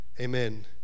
Amen